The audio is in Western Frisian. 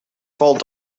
falt